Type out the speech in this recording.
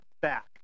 back